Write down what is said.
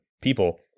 people